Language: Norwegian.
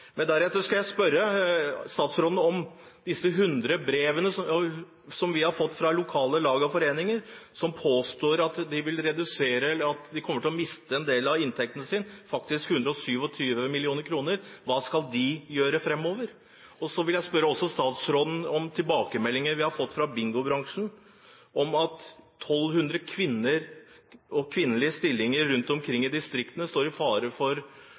Men jeg skal spørre statsråden om de hundre brevene som vi har fått fra lokale lag og foreninger, hvor de påstår at de kommer til å miste en del av inntekten sin, faktisk 127 mill. kr. Hva skal de gjøre fremover? Så vil jeg også spørre statsråden om tilbakemeldinger vi har fått fra bingobransjen om at 1 200 kvinnelige stillinger rundt omkring i distriktene står i fare for